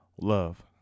Love